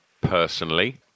personally